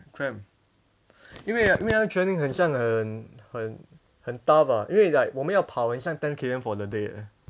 cramp 因为因为那个 training 很像很很很 tough ah 因为 like 我们要跑很像 ten K_M for the day eh